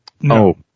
No